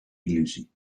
illusie